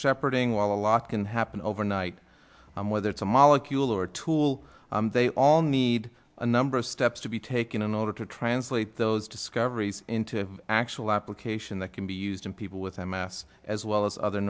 shepherding while a lot can happen overnight whether it's a molecule or a tool they all need a number of steps to be taken in order to translate those discoveries into actual application that can be used in people with m s as well as other